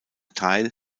teil